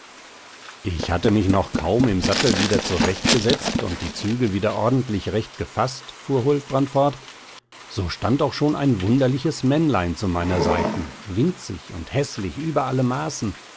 ich hatte mich noch kaum im sattel wieder zurechtgesetzt und die zügel wieder ordentlich recht gefaßt fuhr huldbrand fort so stand auch schon ein wunderliches männlein zu meiner seiten winzig und häßlich über alle maßen